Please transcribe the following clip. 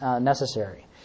necessary